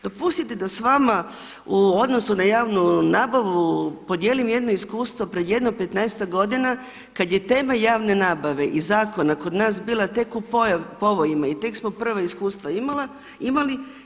Dopustite da s vama u odnosu na javnu nabavu podijelim jedno iskustvo pred jedno 15-ak godina kada je tema javne nabave i zakona kod nas bila tek u povojima i tek smo prva iskustva imali.